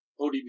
ODB